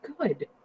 good